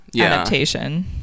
adaptation